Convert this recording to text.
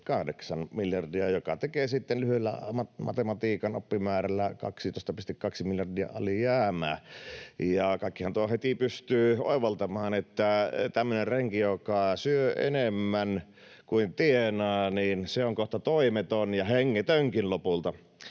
joka tekee sitten lyhyellä matematiikan oppimäärällä 12,2 miljardia alijäämää. Kaikkihan tuon heti pystyvät oivaltamaan, että tämmöinen renki, joka syö enemmän kuin tienaa, on kohta toimeton ja hengetönkin lopulta,